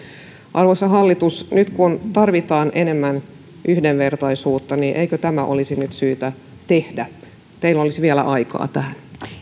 arvoisa hallitus nyt kun tarvitaan enemmän yhdenvertaisuutta eikö tämä olisi nyt syytä tehdä teillä olisi vielä aikaa tähän